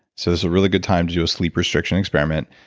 so there's a really good time to do a sleep restriction experiment.